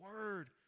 word